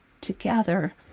together